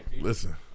Listen